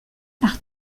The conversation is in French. par